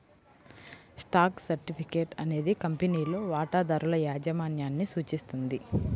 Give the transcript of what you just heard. stock certificate అనేది కంపెనీలో వాటాదారుల యాజమాన్యాన్ని సూచిస్తుంది